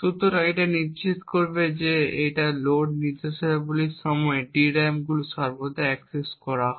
সুতরাং এটি নিশ্চিত করবে যে এই লোড নির্দেশাবলীর সময় DRAM গুলি সর্বদা অ্যাক্সেস করা হয়